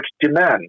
demand